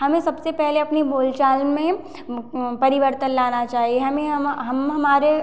हमें सबसे पहले अपनी बोलचाल में परिवर्तन लाना चाहिए हमें हम हमारे